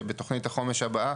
שבתכנית החומש הבא,